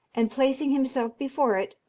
and placing himself before it,